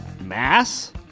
mass